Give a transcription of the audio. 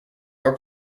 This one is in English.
were